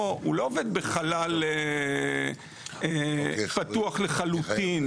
עובד בחלל פתוח לחלוטין.